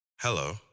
Hello